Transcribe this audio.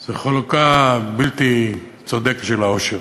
זה חלוקה בלתי צודקת של העושר.